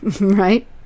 Right